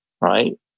right